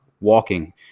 walking